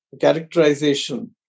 characterization